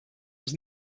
was